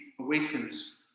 awakens